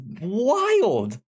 wild